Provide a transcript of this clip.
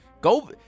Go